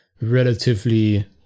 relatively